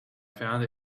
found